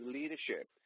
leadership